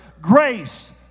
grace